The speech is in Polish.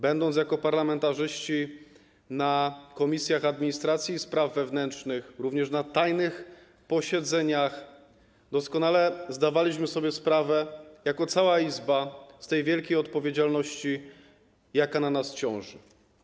Byliśmy jako parlamentarzyści na posiedzeniach Komisji Administracji i Spraw Wewnętrznych, również na tajnych posiedzeniach, doskonale zdawaliśmy sobie sprawę jako cała Izba z tej wielkiej odpowiedzialności, jaka na nas ciąży.